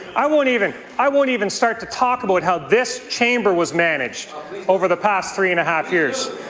i won't even i won't even start to talk about how this chamber was managed over the past three and a half years.